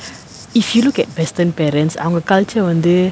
if you look at western parents அவங்க:avanga culture வந்து:vanthu